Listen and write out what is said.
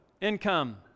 income